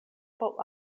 por